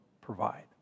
provide